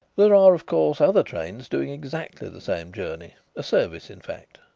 there are, of course, other trains doing exactly the same journey a service, in fact?